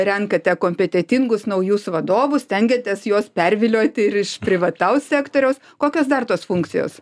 renkate kompetentingus naujus vadovus stengiatės juos pervilioti ir iš privataus sektoriaus kokios dar tos funkcijos